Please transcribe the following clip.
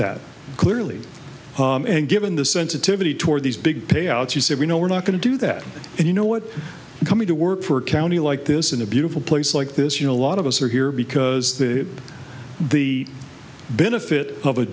that clearly and given the sensitivity toward these big payouts you said you know we're not going to do that and you know what coming to work for a county like this in a beautiful place like this you know a lot of us are here because the the benefit